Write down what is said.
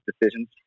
decisions